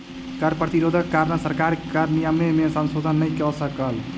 कर प्रतिरोधक कारणेँ सरकार कर नियम में संशोधन नै कय सकल